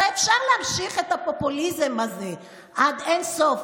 הרי אפשר להמשיך את הפופוליזם הזה עד אין-סוף.